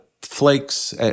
Flakes